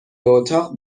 اتاق